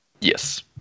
Yes